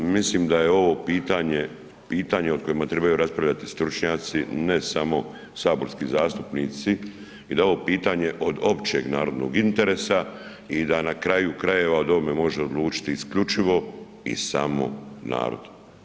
Mislim da je ovo pitanje, pitanje o kojima trebaju raspravljati stručnjaci, ne samo saborski zastupnici i da je ovo pitanje od općeg narodnog interesa i da na kraju krajeva o ovome može odlučiti isključivo i samo narod.